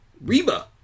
Reba